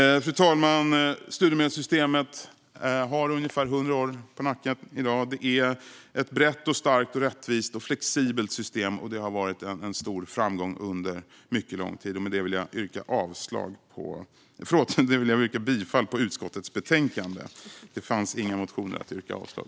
Fru talman! Studiemedelssystemet har ungefär hundra år på nacken i dag. Det är ett brett, starkt, rättvist och flexibelt system, och det har varit en stor framgång under mycket lång tid. Med detta vill jag yrka bifall till utskottets förslag.